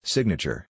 Signature